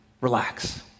relax